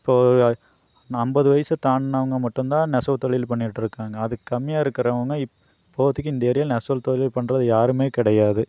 இப்போது ஐம்பது வயதை தாண்டுனவங்க மட்டுந்தான் நெசவுத் தொழில் பண்ணிட்டிருக்காங்க அதுக்கு கம்மியாக இருக்குறவங்க இப்போதைக்கு இந்த ஏரியாவில் நெசவுத் தொழில் பண்றது யாரும் கிடயாது